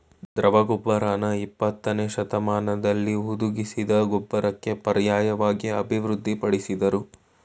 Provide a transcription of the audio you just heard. ದ್ರವ ಗೊಬ್ಬರನ ಇಪ್ಪತ್ತನೇಶತಮಾನ್ದಲ್ಲಿ ಹುದುಗಿಸಿದ್ ಗೊಬ್ಬರಕ್ಕೆ ಪರ್ಯಾಯ್ವಾಗಿ ಅಭಿವೃದ್ಧಿ ಪಡಿಸುದ್ರು